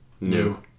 New